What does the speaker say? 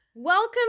welcome